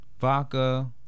Vodka